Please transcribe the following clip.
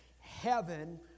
heaven